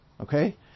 okay